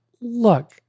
look